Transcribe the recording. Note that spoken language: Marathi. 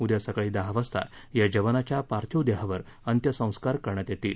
उद्या सकाळी दहा वाजता या जवानाच्या पार्थिव देहावर अंत्यसंस्कार करण्यात येणार आहेत